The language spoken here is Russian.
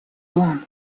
том